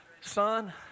Son